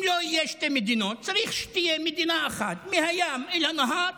אם לא יהיו שתי מדינות צריך שתהיה מדינה אחת מהים עד הנהר,